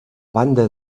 banda